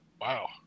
Wow